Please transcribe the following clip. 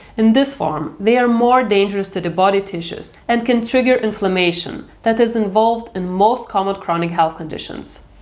in this form, they're more dangerous to to body tissues and can trigger inflammation, that is involved in most common chronic health conditions.